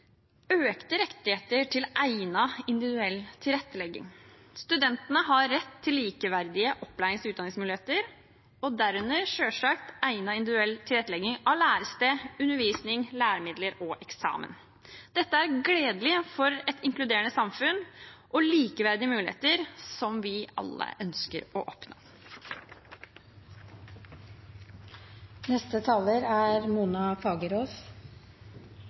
økte rettigheter til egnet individuell tilrettelegging. Studentene har rett til likeverdige opplærings- og utdanningsmuligheter, herunder selvsagt egnet individuell tilrettelegging av lærested, undervisning, læremidler og eksamen. Dette er gledelig for et inkluderende samfunn og for likeverdige muligheter som vi alle ønsker å oppnå. Et studentombud er